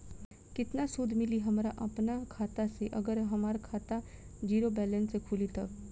केतना सूद मिली हमरा अपना खाता से अगर हमार खाता ज़ीरो बैलेंस से खुली तब?